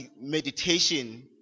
meditation